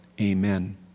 amen